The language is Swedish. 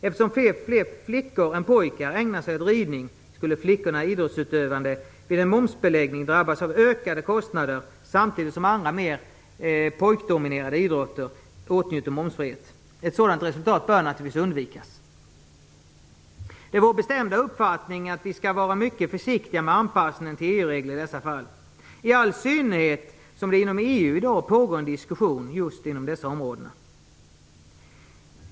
Eftersom fler flickor än pojkar ägnar sig åt ridning skulle flickornas idrottsutövande vid en momsbeläggning drabbas av ökade kostnader samtidigt som andra mer pojkdominerade idrotter åtnjuter momsfrihet. Ett sådant resultat bör naturligtvis undvikas. Det är vår bestämda uppfattning att vi skall vara mycket försiktiga med anpassning till EU-regler i dessa fall, i all synnerhet som det inom EU i dag pågår en diskussion om just dessa områden.